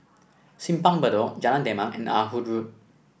Simpang Bedok Jalan Demak and Ah Hood Road